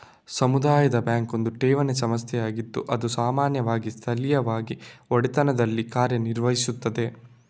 ಸಮುದಾಯ ಬ್ಯಾಂಕ್ ಒಂದು ಠೇವಣಿ ಸಂಸ್ಥೆಯಾಗಿದ್ದು ಅದು ಸಾಮಾನ್ಯವಾಗಿ ಸ್ಥಳೀಯವಾಗಿ ಒಡೆತನದಲ್ಲಿ ಕಾರ್ಯ ನಿರ್ವಹಿಸುತ್ತದೆ